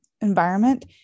environment